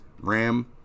RAM